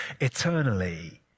eternally